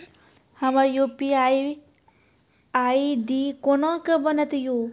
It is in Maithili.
हमर यु.पी.आई आई.डी कोना के बनत यो?